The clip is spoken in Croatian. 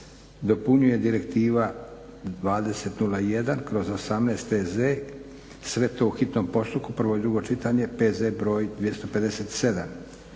dopunjuje Direktiva 2001/18 EZ, hitni postupak, prvo i drugo čitanje, PZE br. 257;